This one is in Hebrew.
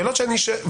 הסתיים.